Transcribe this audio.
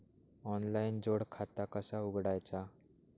Online जोड खाता कसा उघडायचा?